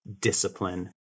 discipline